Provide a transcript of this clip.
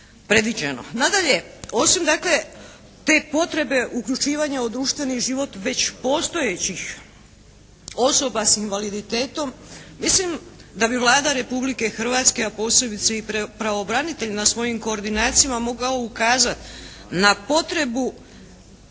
predviđeno. Nadalje, osim dakle te potrebe uključivanja u društveni život već postojećih osoba s invaliditetom, mislim da bi Vlada Republike Hrvatske, a posebice i pravobranitelj na svojim koordinacijama mogao ukazati na potrebu